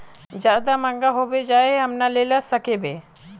ज्यादा महंगा होबे जाए हम ना लेला सकेबे?